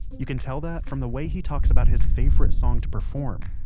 you can tell that from the way he talks about his favorite song to perform,